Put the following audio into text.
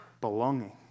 Belonging